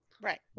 right